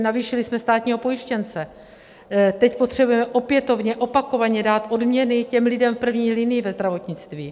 Navýšili jsme státního pojištěnce, teď potřebujeme opětovně opakovaně dát odměny těm lidem v první linii ve zdravotnictví.